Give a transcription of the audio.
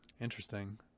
Interesting